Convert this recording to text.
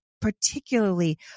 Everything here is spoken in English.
particularly